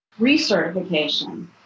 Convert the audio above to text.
recertification